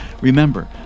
Remember